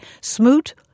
Smoot